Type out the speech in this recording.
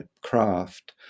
craft